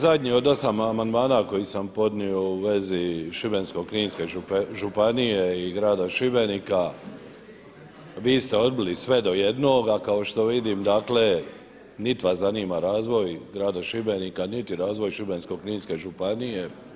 zadnji od osam amandmana koji sam podnio u vezi Šibensko-kninske županije i grada Šibenika vi ste odbili sve do jednoga, kao što vidim dakle nit vas zanima razvoj grada Šibenika niti razvoj Šibensko-kninske županije.